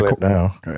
Now